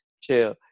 chill